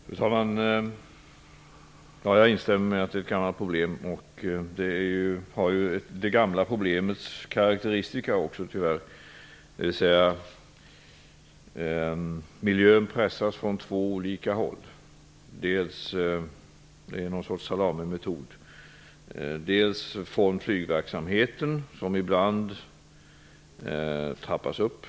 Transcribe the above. Fru talman! Jag instämmer i att detta kan innebära problem. Detta har tyvärr också det gamla problemets karakteristika, dvs. att miljön pressas från två olika håll. Det är någon sorts salamimetod. Miljön pressas från flygverksamheten, som ibland trappas upp.